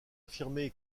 affirmé